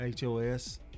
HOS